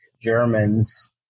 Germans